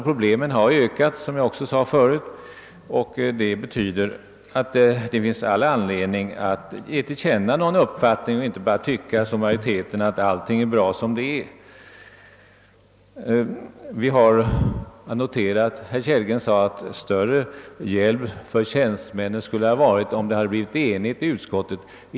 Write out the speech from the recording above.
Problemen har, som jag tidigare sade, ökat. Det betyder att det finns all anledning att ge till känna en uppfattning och inte, som utskottsmajoriteten, bara tycka att allting är bra som det är. Herr Kellgren sade, att det skulle ha varit till större hjälp för tjänstemännen om utskottet kunnat enas.